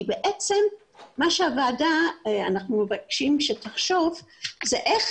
בעצם מה שאנחנו מבקשים שהוועדה תחשוב עליו זה איך